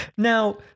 Now